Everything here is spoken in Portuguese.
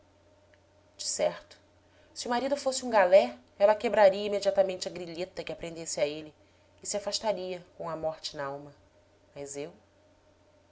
certo se o marido fosse um galé ela quebraria imediatamente a grilheta que a prendesse a ele e se afastaria com a morte nalma mas eu